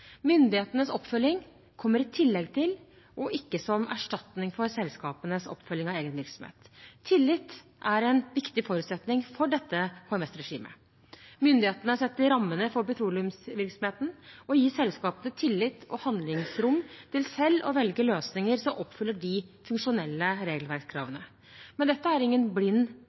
Myndighetenes oppfølging kommer i tillegg til og ikke som en erstatning for selskapenes oppfølging av egen virksomhet. Tillit er en viktig forutsetning for dette HMS-regimet. Myndighetene setter rammene for petroleumsvirksomheten og gir selskapene tillit og handlingsrom til selv å velge løsninger som oppfyller de funksjonelle regelverkskravene. Men dette er ingen blind